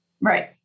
Right